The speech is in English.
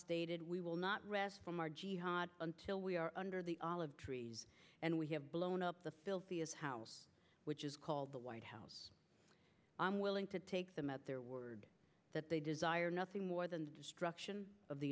stated we will not rest from our jihad until we are under the olive trees and we have blown up the filthiest house which is called the white house i'm willing to take them at their word that they desire nothing more than the destruction of the